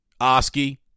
Oski